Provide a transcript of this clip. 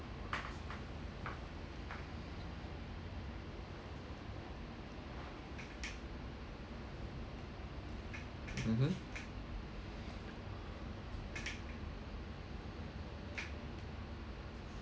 mmhmm